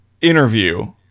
interview